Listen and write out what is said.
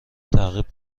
تعقیب